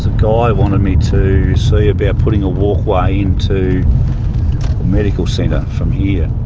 guy wanted me to see about putting a walkway in to medical centre from here.